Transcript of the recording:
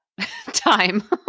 time